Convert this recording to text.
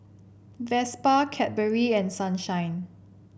Vespa Cadbury and Sunshine